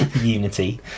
Unity